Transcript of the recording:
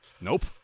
Nope